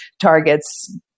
targets